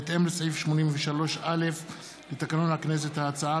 בהתאם לסעיף 83(א) לתקנון הכנסת ההצעה